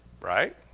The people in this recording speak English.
Right